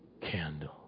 candle